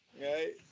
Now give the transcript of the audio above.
Right